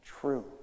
true